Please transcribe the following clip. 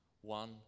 One